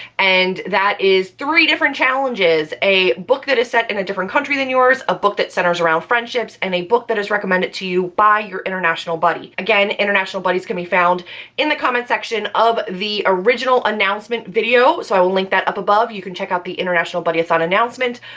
and that is three different challenges a book that is set in a different country than yours, a book that centers around friendships, and a book that is recommended to you by your international buddy. again, international buddies can be found in the comment section of the original announcement video so i will link that up above, you can check out the international buddyathon announcement.